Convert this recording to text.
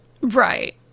Right